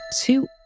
two